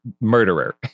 murderer